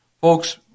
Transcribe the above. Folks